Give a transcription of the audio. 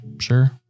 sure